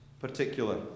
particular